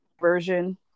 version